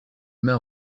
mains